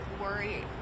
worry